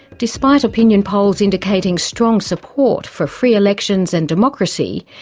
despite opinion polls indicating strong support for free elections and democracy,